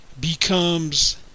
becomes